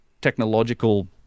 technological